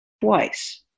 twice